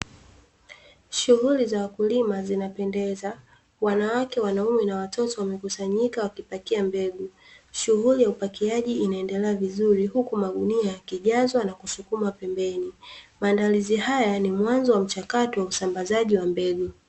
Shughuli za wakulima zinapendeza wanawake, wanaume na watoto wamekusanyika wakipakia mbegu. Shughuli ya upakiaji inaendelea vizuri huku magunia yakijazwa na kusukumwa pembeni, maandalizi haya ni mwanzo wa mchakato wa usambazaji wa mbegu.